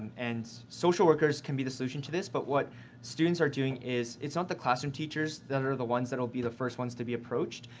and social workers can be the solution to this but what students are doing is it's not the classroom teachers that are the ones that'll be the first ones to be approached.